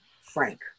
frank